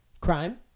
Crime